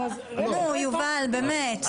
נו, יובל, באמת.